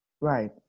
Right